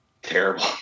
Terrible